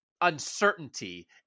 uncertainty